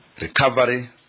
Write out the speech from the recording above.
recovery